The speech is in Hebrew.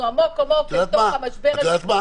אנחנו עמוק עמוק בתוך המשבר הזה --- את יודעת מה.